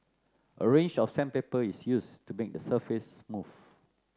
a range of sandpaper is used to make the surface smooth